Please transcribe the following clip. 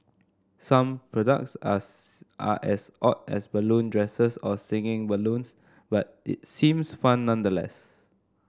some products as are as odd as balloon dresses or singing balloons but it seems fun nevertheless